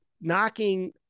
knocking